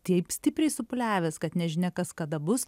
taip stipriai supūliavęs kad nežinia kas kada bus